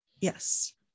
Yes